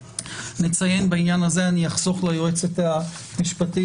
בעניין הזה אני אחסוך ליועצת המשפטית,